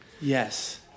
Yes